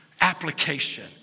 application